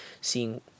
seeing